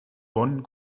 bonn